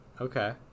Okay